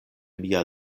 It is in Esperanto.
mia